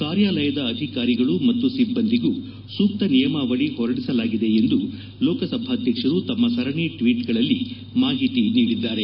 ಕಾರ್ಯಾಲಯದ ಅಧಿಕಾರಿಗಳು ಮತ್ತು ಸಿಬ್ಬಂದಿಗೂ ಸೂಕ್ತ ನಿಯಮಾವಳಿ ಹೊರಡಿಸಲಾಗಿದೆ ಎಂದು ಲೋಕಸಭಾಧ್ಯಕ್ಷರು ತಮ್ಮ ಸರಣಿ ಟ್ನೀಟ್ಗಳಲ್ಲಿ ಮಾಹಿತಿ ನೀಡಿದ್ದಾರೆ